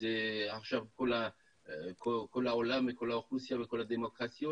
זה עכשיו כל העולם וכל האוכלוסייה וכל הדמוקרטיות.